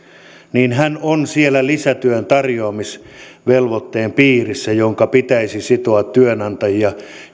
niin hän on siellä lisätyön tarjoamisvelvoitteen piirissä jonka pitäisi sitoa työnantajia